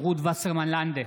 רות וסרמן לנדה,